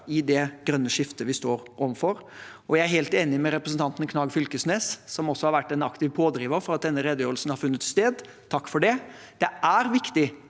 i det grønne skiftet vi står overfor. Jeg er helt enig med representanten Knag Fylkesnes – som har vært en aktiv pådriver for at denne redegjørelsen har funnet sted, takk for det